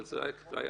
אבל זה היה בצחוק.